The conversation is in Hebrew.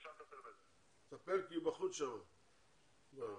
הכללית היא הגוף היציג בנמל,